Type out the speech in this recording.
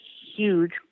huge